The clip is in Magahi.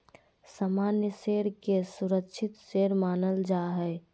सामान्य शेयर के सुरक्षित शेयर मानल जा हय